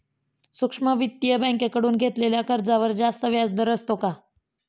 सूक्ष्म वित्तीय बँकेकडून घेतलेल्या कर्जावर जास्त व्याजदर असतो का?